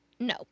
No